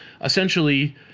essentially